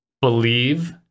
believe